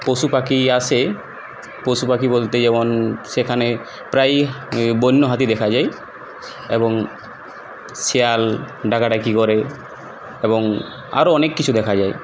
পশুপাখি আসে পশুপাখি বলতে যেমন সেখানে প্রায়ই বন্য হাতি দেখা যায় এবং শেয়াল ডাকাডাকি করে এবং আরও অনেক কিছু দেখা যায়